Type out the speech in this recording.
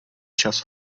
čas